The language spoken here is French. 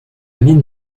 mine